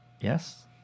Yes